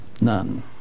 None